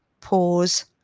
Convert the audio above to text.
pause